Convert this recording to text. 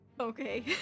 Okay